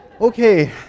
okay